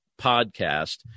Podcast